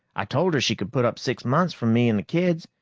i told her she could put up six months from me and the kids,